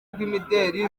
rw’imideli